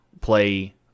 play